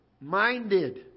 Minded